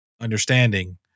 understanding